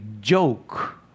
joke